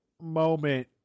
moment